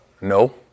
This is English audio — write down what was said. no